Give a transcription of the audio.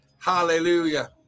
Hallelujah